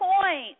point